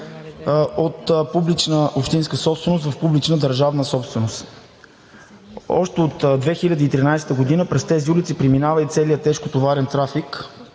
от публична общинска собственост в публична държавна собственост. Още от 2013 г. през тези улици преминава и целият тежкотоварен трафик.